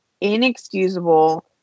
inexcusable